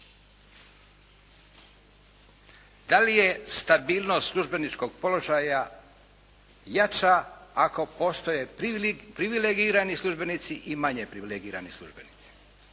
Da li je stabilnost službeničkog položaja jača ako postoje privilegirani službenici i manje privilegirani službenici?